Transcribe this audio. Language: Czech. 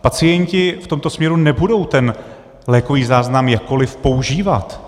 Pacienti v tomto směru nebudou ten lékový záznam jakkoliv používat.